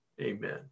Amen